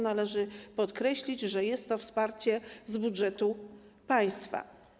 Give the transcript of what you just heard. Należy podkreślić, że jest to wsparcie z budżetu państwa.